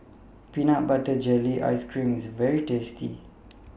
Peanut Butter Jelly Ice Cream IS very tasty